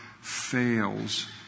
fails